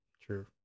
True